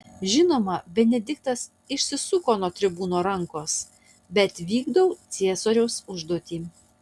žinoma benediktas išsisuko nuo tribūno rankos bet vykdau ciesoriaus užduotį